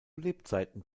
lebzeiten